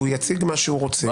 והוא יציג מה שהוא רוצה.